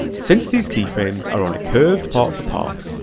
since these keyframes are on a curved part of the path,